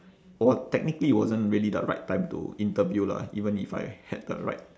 technically it wasn't really the right time to interview lah even if I had the right